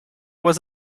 was